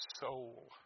soul